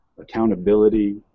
accountability